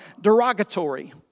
derogatory